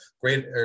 great